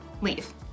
leave